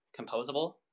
composable